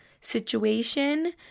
situation